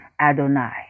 Adonai